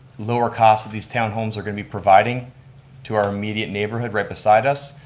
lower cost that these town homes are going to be providing to our immediate neighborhood right beside us,